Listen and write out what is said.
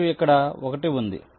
మరియు ఇక్కడ 1 ఉంది